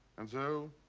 and so.